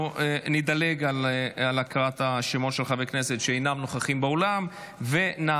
נדלג על הקראת השמות של חברי הכנסת שאינם נוכחים באולם ונעבור